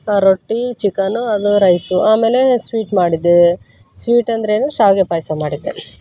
ಆ ರೊಟ್ಟಿ ಚಿಕನ್ನು ಅದು ರೈಸು ಆಮೇಲೆ ಸ್ವೀಟ್ ಮಾಡಿದ್ದೆ ಸ್ವೀಟ್ ಅಂದರೇನು ಶಾವಿಗೆ ಪಾಯಸ ಮಾಡಿದ್ದೆ